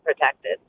protected